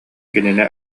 кинини